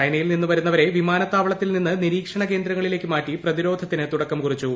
ചൈനയിൽ നിന്ന് വരുന്നവരെ വിമാനത്താവളത്തിൽ നിന്ന് നിരീക്ഷണ കേന്ദ്രങ്ങളിലേക്ക് മാറ്റി പ്രതിരോധത്തിന് തുടക്കം കുറിച്ചു